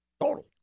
Total